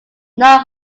not